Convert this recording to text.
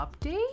update